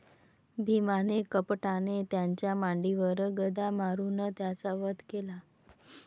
भीमाने कपटाने त्याच्या मांडीवर गदा मारून त्याचा वध केला